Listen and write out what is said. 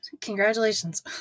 congratulations